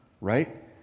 Right